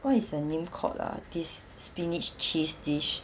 what is the name called ah this spinach cheese dish